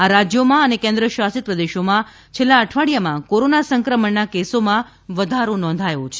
આ રાજ્યોમાં અને કેન્દ્રશાસિત પ્રદેશોમાં છેલ્લા અઠવાડિયામાં કોરોના સંક્રમણના કેસોમાં વધારો નોંધાયો છે